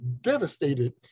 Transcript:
devastated